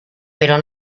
pero